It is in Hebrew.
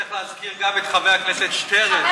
צריך להזכיר גם את חבר הכנסת שטרן,